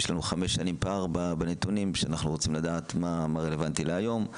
יש לנו חמש שנים פער בנתונים ואנחנו רוצים לדעת מה רלוונטי להיום,